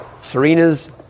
Serena's